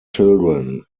children